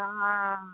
অ